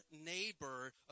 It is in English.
neighbor